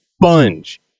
sponge